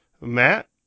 Matt